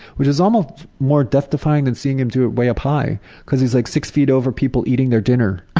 which is almost more death-defying than seeing him do it way up high because he's like six feet over people eating their dinner.